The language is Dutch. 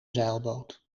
zeilboot